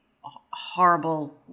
Horrible